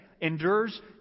Endures